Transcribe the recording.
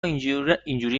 اینجوری